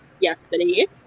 yesterday